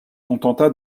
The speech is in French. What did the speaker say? contenta